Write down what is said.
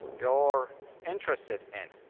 you're interested in.